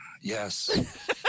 Yes